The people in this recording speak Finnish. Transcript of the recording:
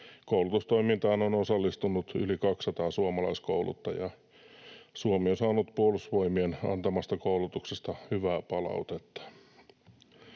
Koulutustoimintaan on osallistunut yli 200 suomalaiskouluttajaa. Suomi on saanut Puolustusvoimien antamasta koulutuksesta hyvää palautetta.